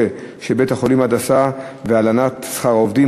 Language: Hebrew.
של בית-החולים "הדסה" והלנת שכר העובדים,